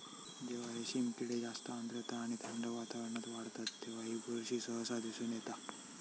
जेव्हा रेशीम किडे जास्त आर्द्रता आणि थंड वातावरणात वाढतत तेव्हा ही बुरशी सहसा दिसून येता